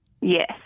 Yes